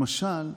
למשל,